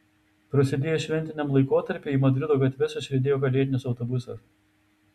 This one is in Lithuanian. prasidėjus šventiniam laikotarpiui į madrido gatves išriedėjo kalėdinis autobusas